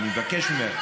אני מבקש ממך.